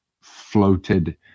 floated